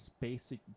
basic